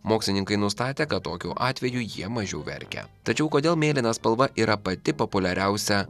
mokslininkai nustatė kad tokiu atveju jie mažiau verkia tačiau kodėl mėlyna spalva yra pati populiariausia